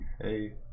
Hey